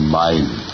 mind